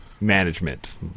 management